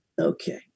Okay